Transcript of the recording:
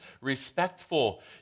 respectful